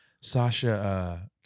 Sasha